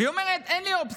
והיא אומרת: אין לי אופציה,